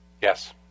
Yes